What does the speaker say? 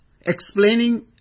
explaining